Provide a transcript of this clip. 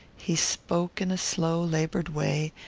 he spoke in a slow laboured way,